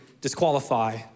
disqualify